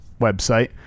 website